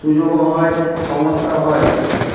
সুযোগও হয় সমস্যাও হয়